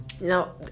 Now